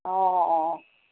অঁ অঁ